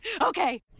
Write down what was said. Okay